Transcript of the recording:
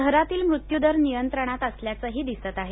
शहरातील मृत्यूदर नियंत्रणात असल्याचंही दिसत आहे